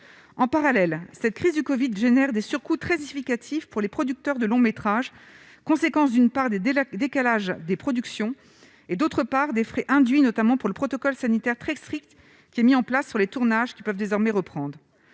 en parallèle, cette crise du Covid génèrent des surcoûts très significatif pour les producteurs de longs métrages, conséquence d'une part des des lacs décalage des productions et d'autre part, des frais induits, notamment pour le protocole sanitaire très strict qui est mis en place sur les tournages qui peuvent désormais reprendre